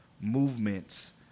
movements